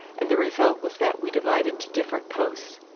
and the result was that we divided to different posts.